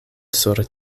sur